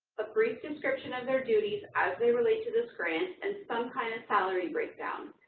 a brief description of their duties as they relate to this grant, and some kind of salary breakdown.